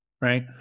right